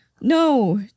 No